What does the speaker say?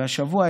והשבוע,